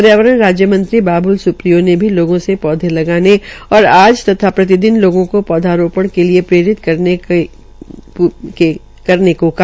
पर्यावरण राजय मंत्री बाबुल सुप्रीयो ने भी लोगों से पौधा लगाने और आज तथा प्रतिदिन लोगों को पौधारोपण के लिये प्रेरित करने को कहा